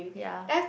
ya